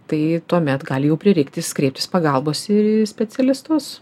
tai tuomet gali jau prireiktis kreiptis pagalbos ir į specialistus